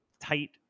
Tight